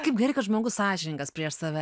kaip gerai kad žmogus sąžiningas prieš save